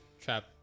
trap